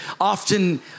often